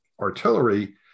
artillery